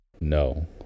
No